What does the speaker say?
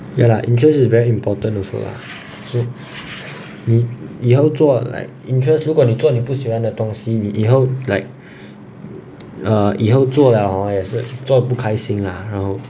ya lah interest is very important also lah 你你你以后做了 like interest 如果你做你不喜欢的东西你以后 like err 以后做了 hor 也是做了不开心啦然后